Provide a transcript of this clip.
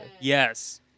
Yes